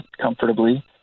comfortably